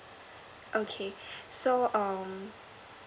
okay so um